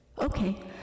Okay